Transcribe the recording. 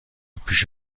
پیش